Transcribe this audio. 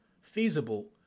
feasible